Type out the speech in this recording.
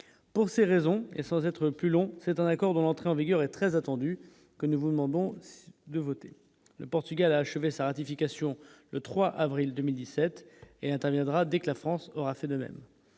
pour ces raisons, et sans être plus long, c'est dans l'accord de l'entrée en vigueur est très attendu que nous vous demandons de voter le Portugal a achevé sa ratification le 3 avril 2017 et interviendra dès que la France aura fait de même,